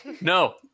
No